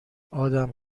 آدم